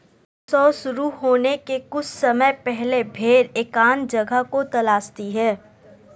प्रसव शुरू होने के कुछ समय पहले भेड़ एकांत जगह को तलाशती है